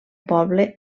poble